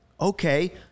Okay